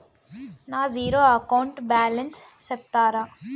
నా zero account balance సెప్తారా?